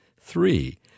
three